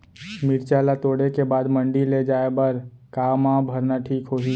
मिरचा ला तोड़े के बाद मंडी ले जाए बर का मा भरना ठीक होही?